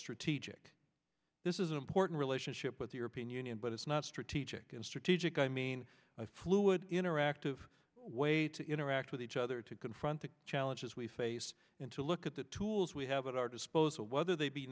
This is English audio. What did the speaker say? strategic this is an important relationship with the european union but it's not strategic and strategic i mean fluid interactive way to interact with each other to confront the challenges we face and to look at the tools we have at our disposal whether they be